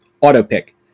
auto-pick